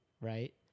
right